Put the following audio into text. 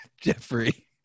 Jeffrey